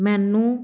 ਮੈਨੂੰ